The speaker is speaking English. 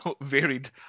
varied